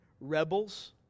rebels